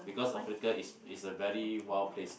because Africa is is a very wild place